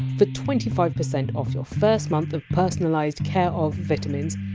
for twenty five percent off your first month of personalized care of vitamins,